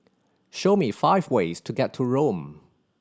show me five ways to get to Rome